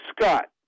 Scott